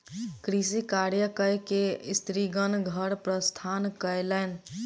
कृषि कार्य कय के स्त्रीगण घर प्रस्थान कयलैन